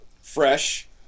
fresh